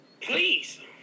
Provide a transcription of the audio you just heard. Please